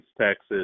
Texas